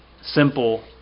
simple